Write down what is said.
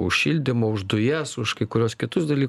už šildymą už dujas už kai kuriuos kitus daly